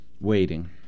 Waiting